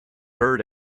bird